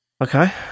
Okay